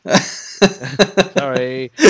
Sorry